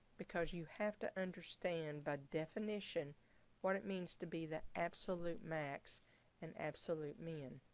because you have to understand by definition what it means to be the absolute max and absolute min.